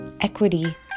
equity